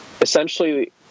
essentially